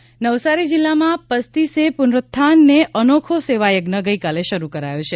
સેવા યજ્ઞ નવસારી જિલ્લામાં પસ્તી સે પુનરૂથ્થાનને અનોખો સેવાયજ્ઞ ગઈકાલે શરૂ કરાયો છે